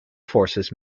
forces